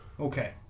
Okay